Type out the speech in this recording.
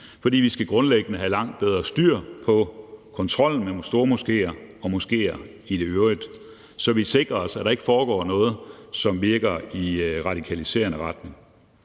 for vi skal grundlæggende have langt bedre styr på kontrollen med stormoskéer og moskéer i øvrigt, så vi sikrer os, at der ikke foregår noget, som virker i radikaliserende retning.